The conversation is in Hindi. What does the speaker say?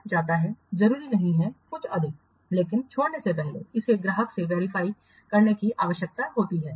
जरूरी नहीं हैं कुछ अधिक लेकिन छोड़ने से पहले इसे ग्राहक से वेरीफाई करने की आवश्यकता होती है